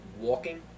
walking